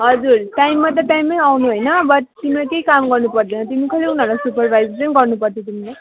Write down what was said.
हजुर टाइममा त टाइममै आउनु होइन बट् तिम्रो केही काम गर्नुपर्दैन तिमी खालि उनीहरूलाई सुपरभाइज नै गर्नुपर्छ तिमीले